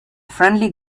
friendly